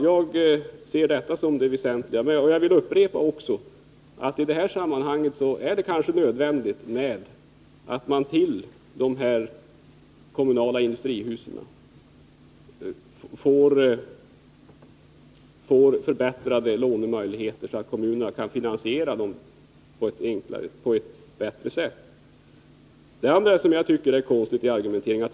Jag vill i sammanhanget upprepa att det kanske är nödvändigt att kommunerna får förbättrade lånemöjligheter till uppförandet av dessa industrihus. Det gör finansieringen enklare för kommunerna.